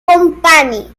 company